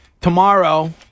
tomorrow